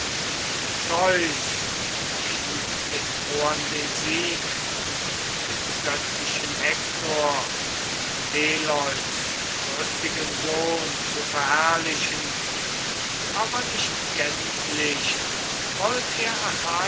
zeus beschied den troern den sieg und dem göttlichen hektor peleus rüstigen sohn zu verherrlichen aber nicht gänzlich wollt er